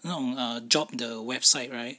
那种 err job the website right